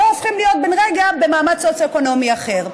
לא הופכים להיות בן רגע במעמד סוציו-אקונומי אחר.